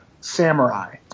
samurai